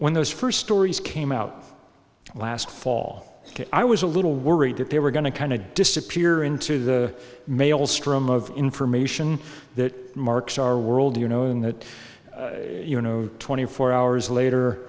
when those first stories came out last fall i was a little worried that they were going to kind of disappear into the maelstrom of information that marks our world you know in that you know twenty four hours later